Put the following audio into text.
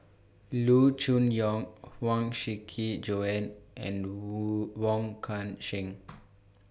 Loo Choon Yong Huang Shiqi Joan and Wong Kan Seng